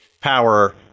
power